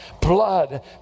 blood